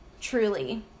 Truly